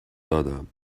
دادم